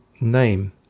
name